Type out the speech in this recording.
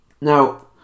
now